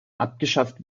abgeschafft